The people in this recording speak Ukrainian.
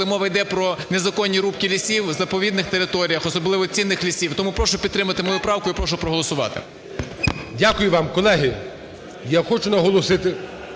коли мова йде про незаконні рубки лісів в заповідних територіях, особливо цінних лісів. Тому прошу підтримати мою правку і прошу проголосувати. ГОЛОВУЮЧИЙ. Дякую вам. Колеги, я хочу наголосити,